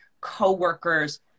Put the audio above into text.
coworkers